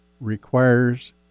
requires